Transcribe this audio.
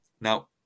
Now